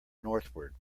northward